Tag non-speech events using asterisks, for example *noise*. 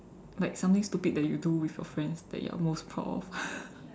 like something stupid that you do with your friends that you are most proud of *breath*